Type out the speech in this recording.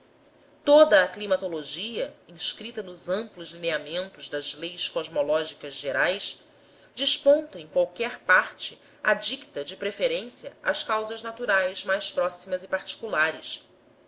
a climatologia inscrita nos amplos lineamentos das leis cosmológicas gerais desponta em qualquer parte adicta de preferência às causas naturais mais próximas e particulares